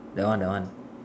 the one the one